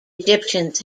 egyptians